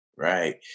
Right